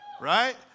Right